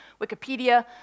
Wikipedia